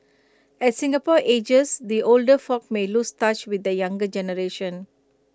as Singapore ages the older folk may lose touch with the younger generation